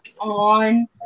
on